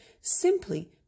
simply